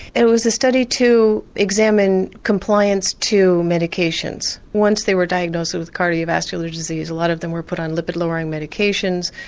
it was a study to examine compliance to medications. once they were diagnosed with cardiovascular disease a lot of them were put on lipid-lowering medications,